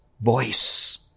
voice